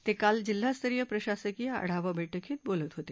ते काल जिल्हास्तरीय प्रशासकीय आढावा बैठकीत बोलत होते